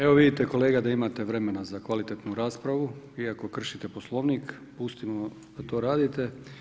Evo vidite kolega da imate vremena za kvalitetnu raspravu iako kršite Poslovnik, pustimo da to radite.